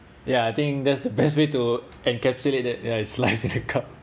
ya I think that's the best way to encapsulate that ya it's like a cup